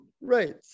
Right